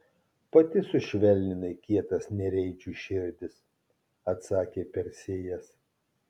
pati sušvelninai kietas nereidžių širdis atsakė persėjas